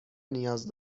نیاز